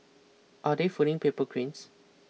are they folding paper cranes